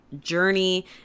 journey